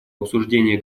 обсуждение